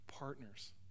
partners